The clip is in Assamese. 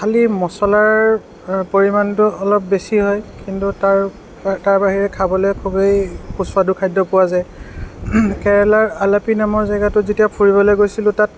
খালী মছলাৰ পৰিমাণটো অলপ বেছি হয় কিন্তু তাৰ তাৰ বাহিৰে খাবলৈ খুবেই সুস্বাদু খাদ্য পোৱা যায় কেৰেলাৰ আলাপী নামৰ জেগাটো যেতিয়া ফুৰিবলৈ গৈছিলোঁ তাত